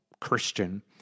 Christian